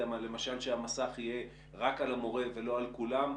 למשל שהמסך יהיה רק על המורה ולא על כולם,